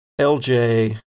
LJ